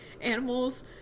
animals